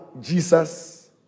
Jesus